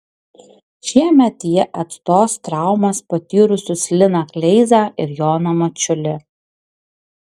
šiemet jie atstos traumas patyrusius liną kleizą ir joną mačiulį